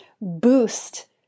boost